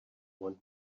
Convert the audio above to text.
want